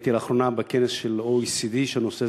הייתי לאחרונה בכנס של ה-OECD שהנושא